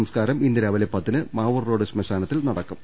സംസ്കാരം ഇന്ന് രാവിലെ പത്തിന് മാവൂർറോഡ് ശ്മശാനത്തിൽ നടക്കും